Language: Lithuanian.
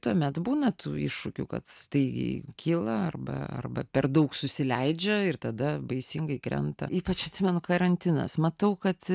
tuomet būna tų iššūkių kad staigiai kyla arba arba per daug susileidžia ir tada baisingai krenta ypač atsimenu karantinas matau kad